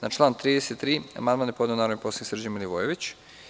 Na član 33. amandman je podneo narodni poslanik Srđan Milivojević.